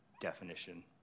definition